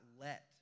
let